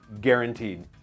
guaranteed